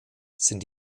sind